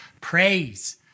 praise